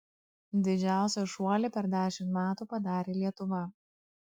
didžiausią šuolį per dešimt metų padarė lietuva